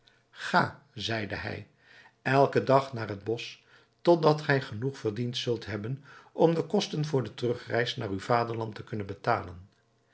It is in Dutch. ga zeide hij elken dag naar het bosch tot dat gij genoeg verdiend zult hebben om de kosten voor de terugreis naar uw vaderland te kunnen betalen